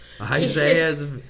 Isaiah